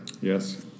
Yes